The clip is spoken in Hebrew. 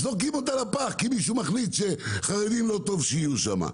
זורקים אותה לפח כי מישהו מחליט שחרדים לא טוב שיהיו שם.